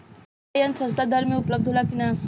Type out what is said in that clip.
सिंचाई यंत्र सस्ता दर में उपलब्ध होला कि न?